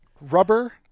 Rubber